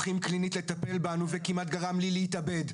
קלינית לטפל בנו וכמעט גרם לי להתאבד?